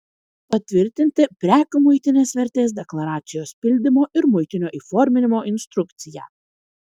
patvirtinti prekių muitinės vertės deklaracijos pildymo ir muitinio įforminimo instrukciją